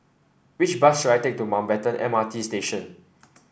which bus should I take to Mountbatten M R T Station